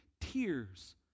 tears